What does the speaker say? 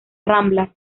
rambla